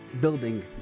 building